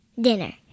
dinner